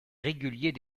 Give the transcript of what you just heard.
régulier